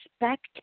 respect